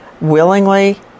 willingly